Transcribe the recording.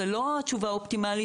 זו לא התשובה האופטימלית.